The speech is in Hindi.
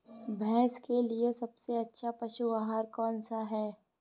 भैंस के लिए सबसे अच्छा पशु आहार कौन सा है?